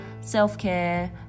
self-care